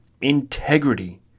integrity